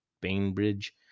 Bainbridge